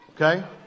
Okay